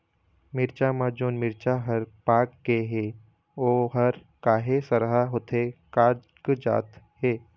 मिरचा म जोन मिरचा हर पाक गे हे ओहर काहे सरहा होथे कागजात हे?